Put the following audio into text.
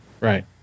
Right